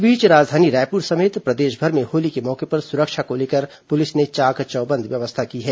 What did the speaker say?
इस बीच राजधानी रायपुर समेत प्रदेशभर में होली के मौके पर सुरक्षा को लेकर पुलिस ने चाक चौबंद व्यवस्था की है